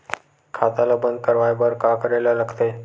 खाता ला बंद करवाय बार का करे ला लगथे?